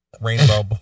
Rainbow